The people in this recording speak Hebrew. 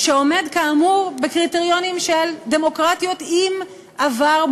שעומד כאמור בקריטריונים של דמוקרטיות עם עבר,